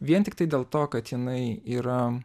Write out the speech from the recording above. vien tiktai dėl to kad jinai yra